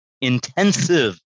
intensive